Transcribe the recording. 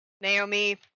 Naomi